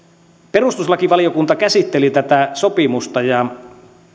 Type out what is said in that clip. perustuslakivaliokunta käsitteli tätä sopimusta ja